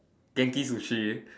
genki sushi